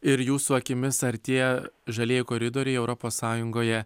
ir jūsų akimis ar tie žalieji koridoriai europos sąjungoje